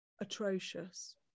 atrocious